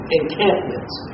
encampments